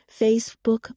Facebook